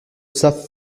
savent